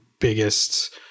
biggest